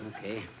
Okay